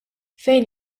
fejn